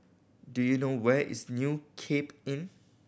do you know where is New Cape Inn